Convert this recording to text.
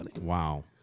Wow